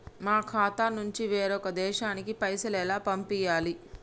మా ఖాతా నుంచి వేరొక దేశానికి పైసలు ఎలా పంపియ్యాలి?